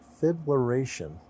fibrillation